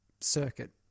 circuit